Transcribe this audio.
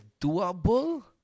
doable